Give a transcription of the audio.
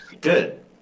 Good